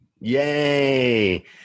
Yay